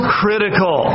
critical